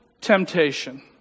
temptation